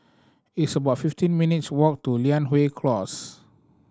it's about fifteen minutes' walk to Li Close